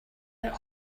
that